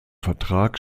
vertrag